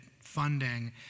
funding